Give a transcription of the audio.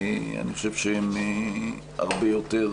אני חושב שהם הרבה יותר